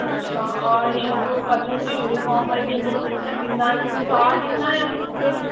अच्छा ईअं जो कथक जी यूनिफॉर्म ऐं घुंघरू त थींदा आहिनि हू तव्हां ॾींदा या फिर मूंखे